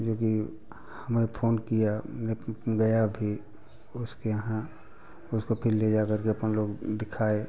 जोकि हमें फोन किया हमने गया फिर उसके यहाँ उसको फिर ले जाकर के अपन लोग दिखाए